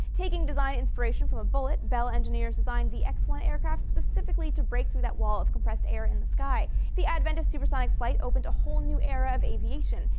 taking design inspiration from a bullet, bell engineers designed the x one aircraft specifically to break through that wall of compressed air in the sky. the advent of supersonic flight opened a whole new era of aviation,